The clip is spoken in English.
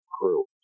crew